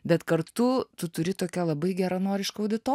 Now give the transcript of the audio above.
bet kartu tu turi tokią labai geranorišką auditoriją